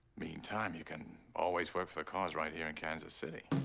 meantime, you can always work for the cause right here in kansas city.